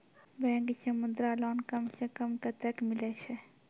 Bank से Mudra loan कम सऽ कम कतैय मिलैय छै?